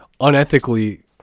unethically